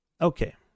Okay